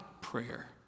prayer